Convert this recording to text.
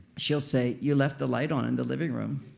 she'll say you left the light on in the living room.